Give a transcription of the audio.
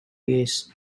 his